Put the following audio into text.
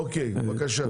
אוקיי, בבקשה.